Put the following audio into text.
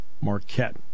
Marquette